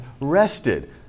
rested